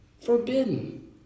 Forbidden